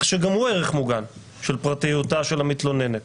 שגם הוא ערך מוגן של פרטיותה של המתלוננת,